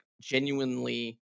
genuinely